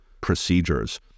procedures